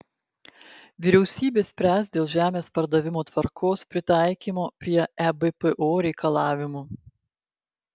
vyriausybė spręs dėl žemės pardavimo tvarkos pritaikymo prie ebpo reikalavimų